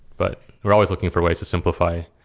but we're always looking for ways to simplify.